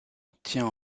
obtient